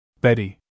Betty